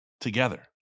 together